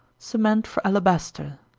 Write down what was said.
cement for alabaster.